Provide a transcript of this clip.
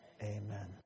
amen